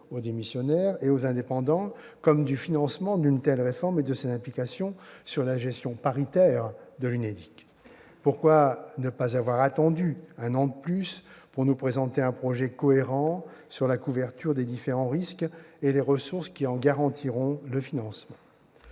aux démissionnaires et aux indépendants, ainsi que du financement d'une telle réforme et de ses implications sur la gestion paritaire de l'UNEDIC. Madame la ministre, pourquoi ne pas avoir attendu un an de plus pour nous présenter un projet cohérent sur la couverture des différents risques et les ressources qui en garantiront le financement ?